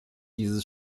dieses